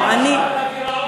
הגדלת הגירעון.